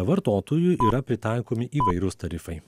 vartotojui yra pritaikomi įvairūs tarifai